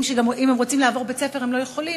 שגם אם הם רוצים לעבור בית-ספר הם לא יכולים,